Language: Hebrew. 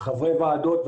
חברי ועדות,